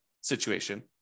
situation